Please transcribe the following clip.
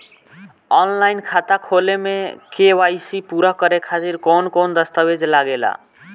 Online खाता खोले में के.वाइ.सी पूरा करे खातिर कवन कवन दस्तावेज लागे ला?